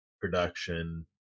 Production